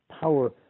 power